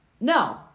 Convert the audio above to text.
no